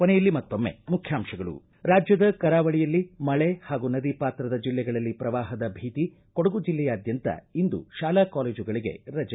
ಕೊನೆಯಲ್ಲಿ ಮತ್ತೊಮ್ಮೆ ಮುಖ್ಯಾಂಶಗಳು ರಾಜ್ಯದ ಕರಾವಳಿಯಲ್ಲಿ ಮಳೆ ಹಾಗೂ ನದಿ ಪಾತ್ರದ ಜಿಲ್ಲೆಗಳಲ್ಲಿ ಪ್ರವಾಹದ ಭೀತಿ ಕೊಡಗು ಜಿಲ್ಲೆಯಾದ್ಯಂತ ಇಂದು ಶಾಲಾ ಕಾಲೇಜುಗಳಿಗೆ ರಜೆ